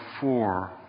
four